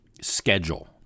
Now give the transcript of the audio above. schedule